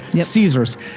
Caesars